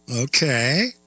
Okay